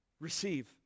Receive